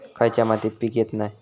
खयच्या मातीत पीक येत नाय?